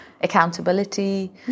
accountability